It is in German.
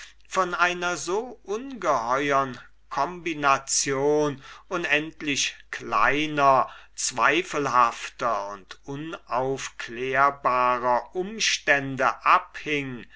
von einer so ungeheuern combination unendlich kleiner zweifelhafter und unaufklärbarer umstände abhing